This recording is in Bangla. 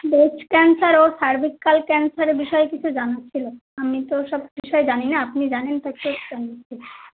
ব্রেস্ট ক্যান্সার ও সারভিকাল ক্যান্সারে বিষয়ে কিছু জানার ছিলো আমি তো ওসব বিষয়ে জানি না আপনি জানেন তো সেই